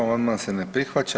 Amandman se ne prihvaća.